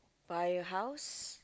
by your house